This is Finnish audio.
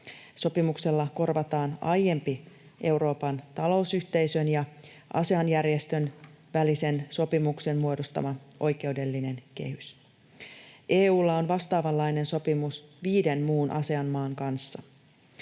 Sopimuksella korvataan aiempi Euroopan talousyhteisön ja Asean-järjestön välisen sopimuksen muodostama oikeudellinen kehys. EU:lla on vastaavanlainen sopimus viiden muun Asean-maan kanssa.